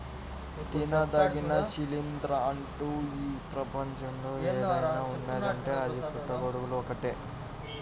తినదగిన శిలీంద్రం అంటూ ఈ ప్రపంచంలో ఏదైనా ఉన్నదీ అంటే అది పుట్టగొడుగులు ఒక్కటే